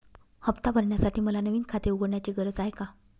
हफ्ता भरण्यासाठी मला नवीन खाते उघडण्याची गरज आहे का?